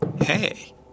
Hey